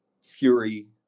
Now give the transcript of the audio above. fury